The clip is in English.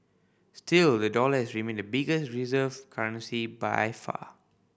still the dollar has remained the biggest reserve currency by far